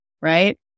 Right